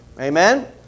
Amen